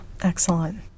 excellent